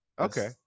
Okay